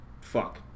fuck